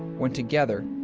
when together,